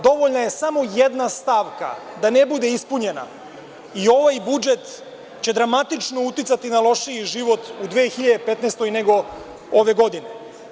Dovoljna je samo jedna stavka, da ne bude ispunjena i ovaj budžet će dramatično uticati na lošiji život u 2015. nego ove godine.